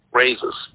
raises